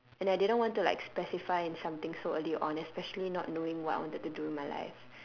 and I didn't want to like specify in something so early on especially not knowing what I wanted to do in my life